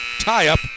tie-up